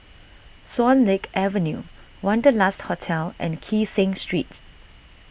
Swan Lake Avenue Wanderlust Hotel and Kee Seng Street